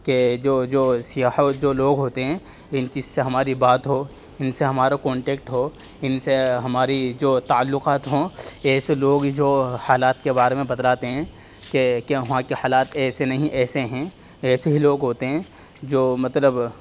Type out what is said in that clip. کہ جو جو سیاح جو لوگ ہوتے ہیں یعنی جس سے ہماری بات ہو ان سے ہمارا کانٹیکٹ ہو ان سے ہماری جو تعلقات ہوں ایسے لوگ جو حالات کے بارے میں بتلاتے ہیں کہ کہ وہاں کے حالات ایسے نہیں ایسے ہیں ایسے ہی لوگ ہوتے ہیں جو مطلب